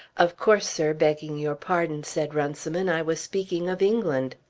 of course, sir, begging your pardon, said runciman, i was speaking of england.